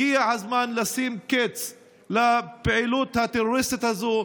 הגיע הזמן לשים קץ לפעילות הטרוריסטית הזאת,